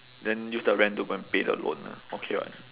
then use the rent to go and pay the loan lah okay [what]